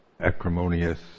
acrimonious